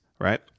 Right